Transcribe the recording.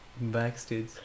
Backstage